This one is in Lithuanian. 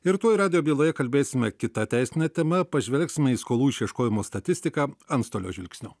ir tuoj radijo byloje kalbėsime kita teisine tema pažvelgsime į skolų išieškojimo statistiką antstolio žvilgsniu